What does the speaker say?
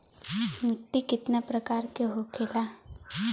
मिट्टी कितना प्रकार के होखेला?